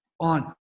on